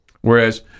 Whereas